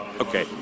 okay